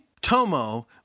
Tomo